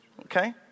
Okay